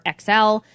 XL